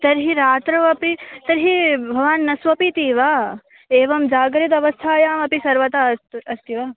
तर्हि रात्रौ अपि तर्हि भवान् न स्वपिति वा एवं जागृदवस्थायामपि सर्वदा अस्तु अस्ति वा